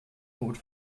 code